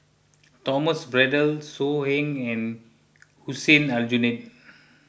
Thomas Braddell So Heng and Hussein Aljunied